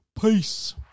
Peace